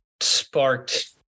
sparked